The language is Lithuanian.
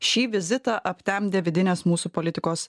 šį vizitą aptemdė vidinės mūsų politikos